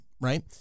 right